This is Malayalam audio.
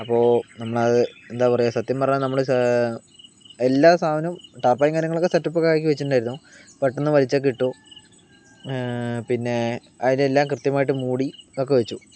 അപ്പോൾ നമ്മളത് എന്താ പറയുക സത്യം പറഞ്ഞാൽ നമ്മള് എല്ലാ സാധനവും ടർപ്പായും കാര്യങ്ങളൊക്കെ സെറ്റപ്പ് ഒക്കെ ആക്കി വെച്ചിട്ടുണ്ടാരുന്നു പെട്ടെന്ന് വലിച്ചൊക്കെ ഇട്ടു പിന്നേ അതിന് എല്ലാം കൃത്യമായിട്ട് മൂടി അത് ഒക്കെ വെച്ചു